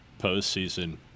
postseason